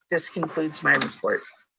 this concludes my report.